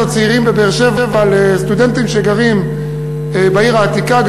לצעירים בבאר-שבע לסטודנטים שגרים בעיר העתיקה.